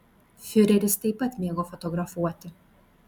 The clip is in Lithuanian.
fiureris taip pat mėgo fotografuoti